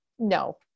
No